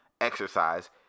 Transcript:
exercise